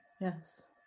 Yes